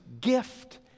gift